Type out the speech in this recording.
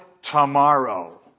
tomorrow